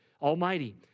Almighty